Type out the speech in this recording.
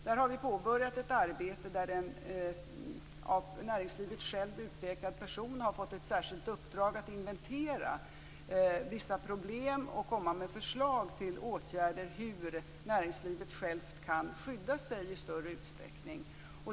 Där har vi påbörjat ett arbete där en av näringslivet självt utpekad person har fått ett särskilt uppdrag att inventera vissa problem och komma med förslag till åtgärder om hur näringslivet självt kan skydda sig i större utsträckning.